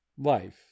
LIFE